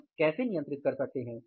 हम कैसे नियंत्रण कर सकते हैं